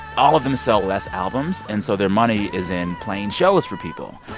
all of them sell less albums, and so their money is in playing shows for people